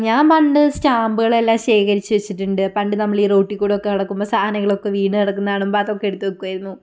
ഞാൻ പണ്ട് സ്റ്റാമ്പുകളെല്ലാം ശേഖരിച്ച് വെച്ചിട്ടുണ്ട് പണ്ട് നമ്മളീ റോട്ടിൽക്കൂടിയൊക്കെ നടക്കുമ്പോൾ സാധനങ്ങളൊക്കെ വീണ് കിടക്കുന്നതു കാണുമ്പം അതൊക്കെ എടുത്ത് വെയ്ക്കുമായിരുന്നു